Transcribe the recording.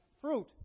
fruit